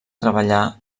treballar